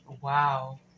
Wow